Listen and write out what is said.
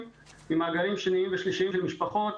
עם מעגלים שניים ושלישיים ומשפחות,